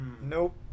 Nope